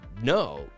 no